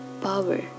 power